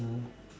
yeah